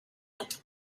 lit